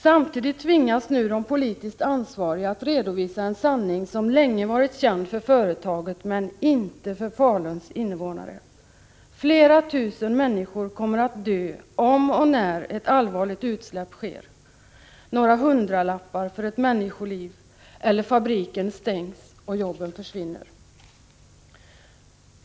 Samtidigt tvingas nu de politiskt ansvariga att redovisa en sanning som länge varit känd för företaget men inte för Faluns innevånare: flera tusen människor kommer att dö om och när ett allvarligt utsläpp sker. Några hundralappar för ett människoliv, annars stängs fabriken och jobben försvinner!